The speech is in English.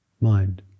mind